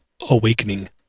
awakening